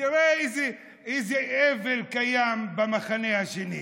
תראה איזה אֵבֶל קיים במחנה השני.